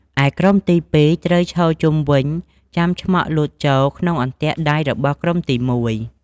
ឯក្រុមទី២ ត្រូវឈរជុំវិញ ចាំឆ្មក់លោតចូលក្នុងអន្ទាក់ដៃរបស់ក្រុមទី១។